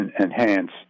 enhance